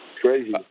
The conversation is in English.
crazy